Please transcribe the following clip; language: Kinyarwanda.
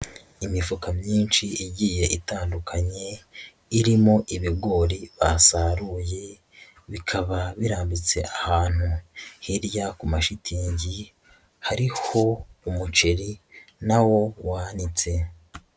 Imifuka myinshi igiye itandukanye irimo ibigori basaruye, bikaba birambitse ahantu hirya ku mashitingi, hariho umuceri na wo wanitse.